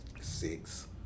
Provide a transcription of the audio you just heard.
six